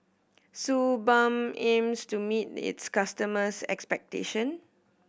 Suu Balm aims to meet its customers' expectation